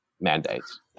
mandates